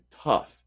Tough